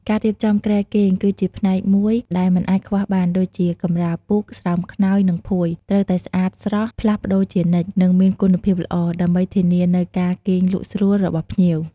ការរៀបចំគ្រែគេងគឺជាផ្នែកមួយដែលមិនអាចខ្វះបានដូចជា កម្រាលពូក ស្រោមខ្នើយ និងភួយ ត្រូវតែស្អាតស្រស់ ផ្លាស់ប្តូរជានិច្ច និងមានគុណភាពល្អ ដើម្បីធានានូវការគេងលក់ស្រួលរបស់ភ្ញៀវ។